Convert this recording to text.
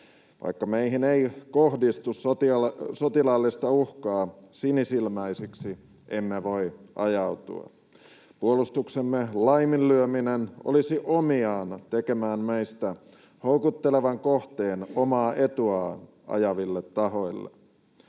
Vaikka meihin ei kohdistu sotilaallista uhkaa, sinisilmäisiksi emme voi ajautua. Puolustuksemme laiminlyöminen olisi omiaan tekemään meistä houkuttelevan kohteen omaa etuaan ajaville tahoille.